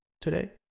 today